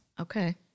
okay